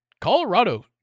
Colorado